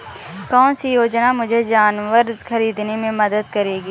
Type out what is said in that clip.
कौन सी योजना मुझे जानवर ख़रीदने में मदद करेगी?